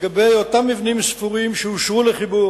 לגבי אותם מבנים ספורים שאושרו לחיבור